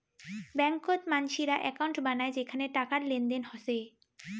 ব্যাংকত মানসিরা একউন্ট বানায় যেখানে টাকার লেনদেন হসে